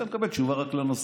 היית מקבל תשובה רק לנושא.